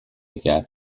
gap